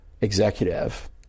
executive